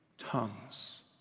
Tongues